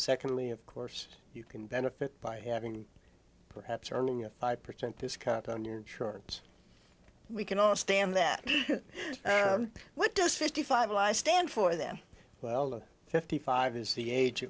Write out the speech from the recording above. secondly of course you can benefit by having perhaps earning a five percent discount on your insurance we can all stand that what does fifty five ly stand for them well the fifty five is the age